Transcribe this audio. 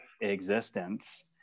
existence